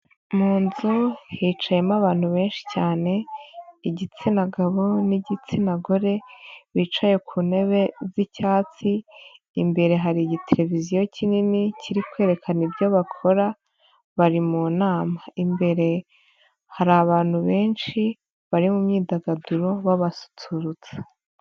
Mu nzu hicayemo abantu benshi cyane igitsina gabo n'igitsina gore bicaye ku ntebe z'icyatsi, imbere hari igiteleviziyo kinini kiri kwerekana ibyo bakora bari mu nama, imbere hari abantu benshi bari mu myidagaduro babasusurutsa.